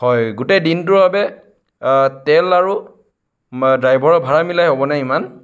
হয় গোটেই দিনটোৰ বাবে তেল আৰু ড্ৰাইভাৰৰ ভাড়া মিলাই হ'বনে ইমান